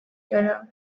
görüyor